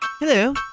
Hello